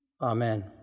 Amen